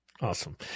Awesome